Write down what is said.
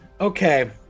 Okay